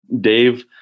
Dave